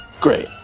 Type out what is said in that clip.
Great